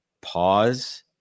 pause